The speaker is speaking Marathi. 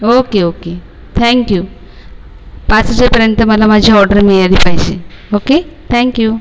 ओके ओके थॅंक यू पाच वाजेपर्यंत मला माझी ऑर्डर मिळाली पाहिजे ओके थॅंक यू